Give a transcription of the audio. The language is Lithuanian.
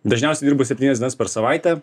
dažniausiai dirbu septynias dienas per savaitę